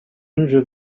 into